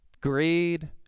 greed